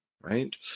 right